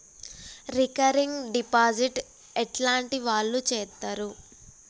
Recurring deposit ఎట్లాంటి వాళ్లు చేత్తరు?